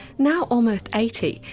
now almost eighty,